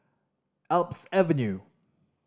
Alps Avenue